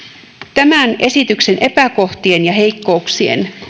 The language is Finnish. tämän esityksen epäkohtien ja heikkouksien